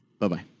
Bye-bye